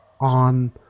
on